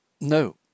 No